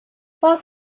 both